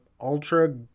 Ultra